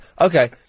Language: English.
okay